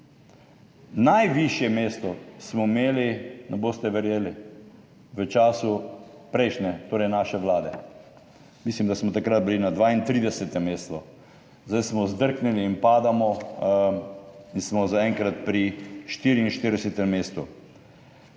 Najvišje mesto smo imeli, ne boste verjeli, v času prejšnje, torej naše vlade. Mislim, da smo takrat bili na 32. mestu, zdaj smo zdrknili in padamo in smo zaenkrat pri 44. mestu.